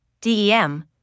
DEM